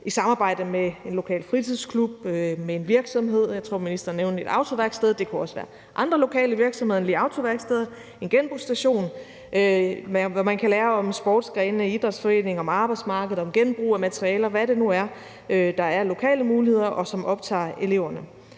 i samarbejde med en lokal fritidsklub eller med en virksomhed. Jeg tror, ministeren nævnte et autoværksted, og det kunne også være andre lokale virksomheder end lige autoværksteder. Det kunne være en genbrugsstation, eller man kan lære om sportsgrene, idrætsforeninger, arbejdsmarkedet, genbrug af materialer, eller hvad det nu er, der er af lokale muligheder, og som optager eleverne.